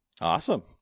awesome